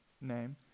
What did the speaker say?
name